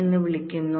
എന്ന് വിളിക്കുന്നു